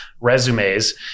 resumes